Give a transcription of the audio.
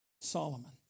Solomon